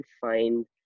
find